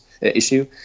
issue